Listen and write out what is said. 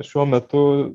šiuo metu